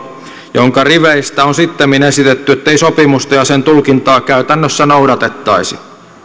jonka riveistä on sittemmin esitetty ettei sopimusta ja sen tulkintaa käytännössä noudatettaisi